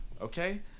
okay